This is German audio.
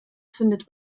findet